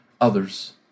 others